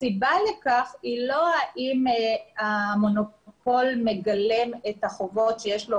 הסיבה לכך היא לא האם המונופול מגלם את החובות שיש לו